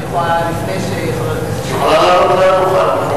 אם אני יכולה לבקש מחבר הכנסת שנלר.